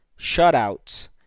shutouts